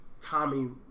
Tommy